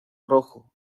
rojo